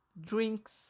drinks